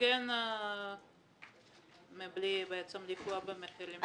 להתארגן בלי לפגוע במחירים.